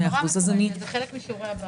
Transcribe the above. זה חלק משיעורי הבית.